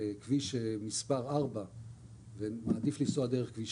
על כביש מספר 4 ומעדיף לנסוע דרך כביש